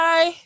Bye